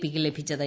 P ക്ക് ലഭിച്ചത്